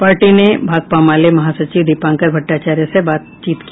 party ने भाकपा माले महासचिव दीपांकर भट्टाचार्या से बातचीत की